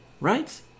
Right